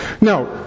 Now